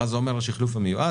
מה זה אומר השחלוף המיועד?